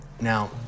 Now